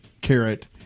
carrot